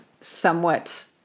somewhat